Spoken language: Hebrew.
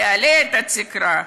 תעלה את התקרה.